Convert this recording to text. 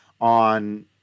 on